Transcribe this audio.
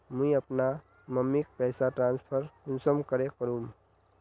मुई अपना मम्मीक पैसा ट्रांसफर कुंसम करे करूम?